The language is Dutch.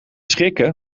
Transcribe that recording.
schrikken